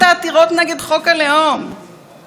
מה עושים למי שמסכן אותך?